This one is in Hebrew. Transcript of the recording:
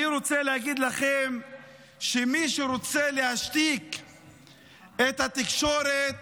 אני רוצה להגיד לכם שמי שרוצה להשתיק את התקשורת